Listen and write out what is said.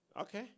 Okay